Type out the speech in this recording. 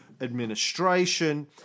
administration